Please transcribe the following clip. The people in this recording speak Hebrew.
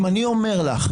אם אני אומר לך